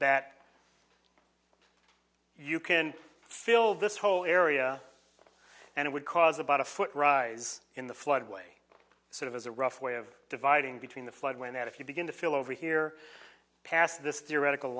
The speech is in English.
that you can fill this whole area and it would cause about a foot rise in the floodway sort of as a rough way of dividing between the flood when that if you begin to fill over here past this theoretical